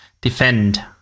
defend